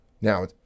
Now